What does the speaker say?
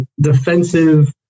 defensive